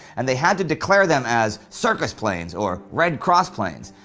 and they had to declare them as circus planes or red cross planes.